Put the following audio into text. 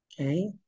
Okay